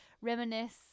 reminisce